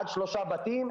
עד שלושה בתים.